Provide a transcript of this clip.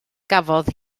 gafodd